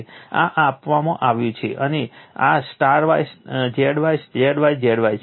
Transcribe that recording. આ આપવામાં આવ્યું છે અને આ Z Y Z Y Z Y છે